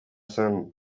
zen